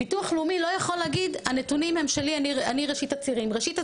ביטוח לאומי לא יכול להגיד שהנתונים הם שלו והוא ראשית הצירים,.